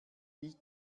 wie